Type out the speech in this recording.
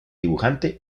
dibujante